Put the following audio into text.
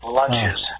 lunches